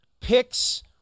picks